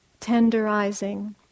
tenderizing